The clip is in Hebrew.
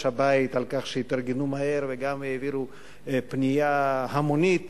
הבית על כך שהתארגנו מהר וגם העבירו פנייה המונית.